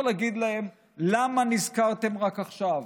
להגיד להם: למה נזכרתם רק עכשיו?